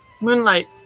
Moonlight